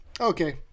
Okay